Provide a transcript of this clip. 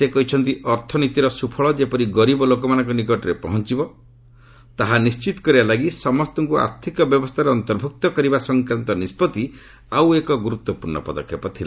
ସେ କହିଛନ୍ତି ଅର୍ଥନୀତିର ସୁଫଳ ଯେପରି ଗରିବ ଲୋକମାନଙ୍କ ନିକଟରେ ପହଞ୍ଚବ ତାହା ନିର୍ଣ୍ଣିତ କରିବାଲାଗି ସମସ୍ତଙ୍କୁ ଆର୍ଥିକ ବ୍ୟବସ୍ଥାରେ ଅନ୍ତର୍ଭୁକ୍ତ କରିବା ସଂକ୍ରାନ୍ତ ନିଷ୍ପଭି ଆଉ ଏକ ଗୁରୁତ୍ୱପୂର୍ଣ୍ଣ ପଦକ୍ଷେପ ଥିଲା